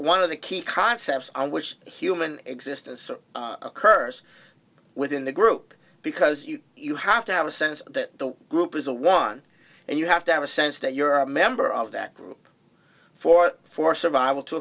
one of the key concepts i wish him an existence occurs within the group because you you have to have a sense that the group is a one and you have to have a sense that you're a member of that group for for survival to